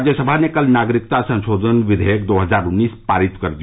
राज्यसभा ने कल नागरिकता संशोधन विधेयक दो हजार उन्नीस पारित कर दिया